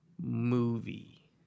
movie